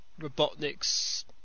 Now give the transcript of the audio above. Robotnik's